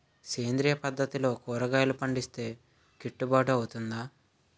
సేంద్రీయ పద్దతిలో కూరగాయలు పండిస్తే కిట్టుబాటు అవుతుందా?